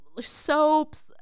soaps